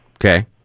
Okay